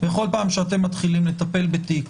בכל פעם שאתם מתחילים לטפל בתיק